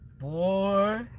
Boy